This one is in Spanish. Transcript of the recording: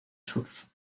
surf